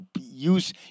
Use